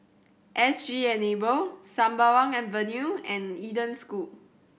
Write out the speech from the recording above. S G Enable Sembawang Avenue and Eden School